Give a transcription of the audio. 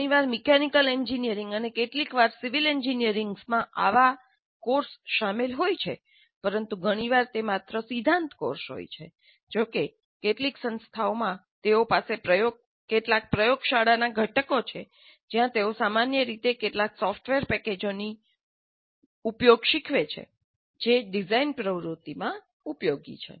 ઘણીવાર mechanical engineering અને કેટલીકવાર સિવિલ એન્જિનિયરિંગમાં આવા કોર્સ શામેલ હોય છે પરંતુ ઘણી વાર તે માત્ર સિદ્ધાંત કોર્સ હોય છે જોકે કેટલીક સંસ્થાઓમાં તેઓ પાસે કેટલાક પ્રયોગશાળા ઘટકો છે જ્યાં તેઓ સામાન્ય રીતે કેટલાક સોફ્ટવેર પેકેજોનો ઉપયોગ શીખવે છે જે ડિઝાઇન પ્રવૃત્તિમાં ઉપયોગી છે